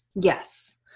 yes